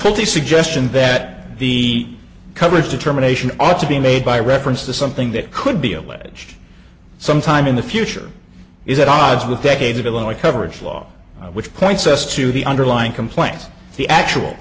put the suggestion that the coverage determination ought to be made by reference to something that could be alleged sometime in the future is at odds with decades of illinois coverage law which points us to the underlying complex the actual